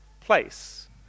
place